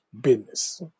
business